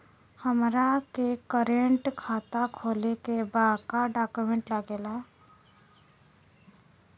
हमारा के करेंट खाता खोले के बा का डॉक्यूमेंट लागेला?